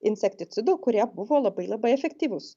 insekticidų kurie buvo labai labai efektyvūs